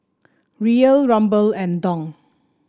Riyal Ruble and Dong